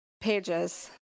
pages